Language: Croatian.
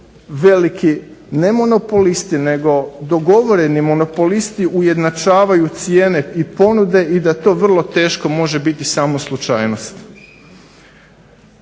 veliki ne monopolisti nego dogovoreni monopolisti ujednačavaju cijene i ponude i da to vrlo teško može biti samo slučajnost.